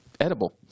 edible